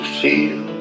feel